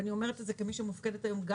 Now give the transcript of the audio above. ואני אומרת את זה כמי שמופקדת היום גם